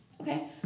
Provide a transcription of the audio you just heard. Okay